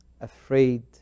afraid